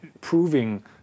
proving